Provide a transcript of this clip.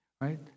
Right